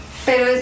Pero